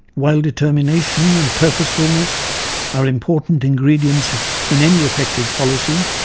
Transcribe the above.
while determination and purposefulness are important ingredients in any effective policy,